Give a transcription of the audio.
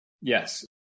Yes